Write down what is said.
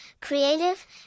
creative